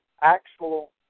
Actual